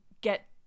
get